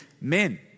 men